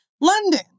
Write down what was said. London